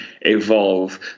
evolve